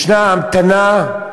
ישנה המתנה.